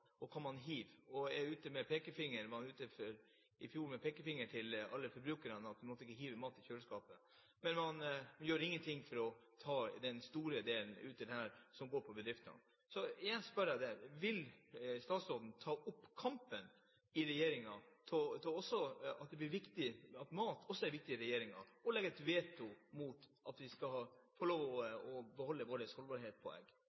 man hiver. I fjor var han ute med pekefingeren til alle forbrukerne om at man ikke måtte hive maten i kjøleskapet, men han gjør ingenting for å ta den store delen av dette, som går på bedrifter. Så igjen spør jeg: Vil statsråden ta opp kampen i regjeringen, at mat også blir viktig for regjeringen, og legge ned veto slik at vi får lov til å beholde holdbarheten vår på egg? Som jeg